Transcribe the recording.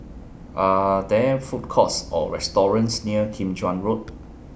Are There Food Courts Or restaurants near Kim Chuan Road